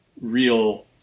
real